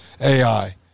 AI